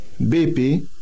BP